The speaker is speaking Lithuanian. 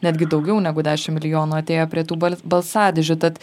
netgi daugiau negu dešimt milijonų atėjo prie tų bals balsadėžių tad